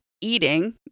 eating